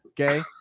Okay